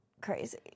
crazy